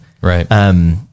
Right